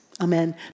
amen